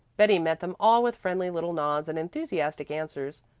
betty met them all with friendly little nods and enthusiastic answers.